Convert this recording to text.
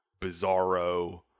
Bizarro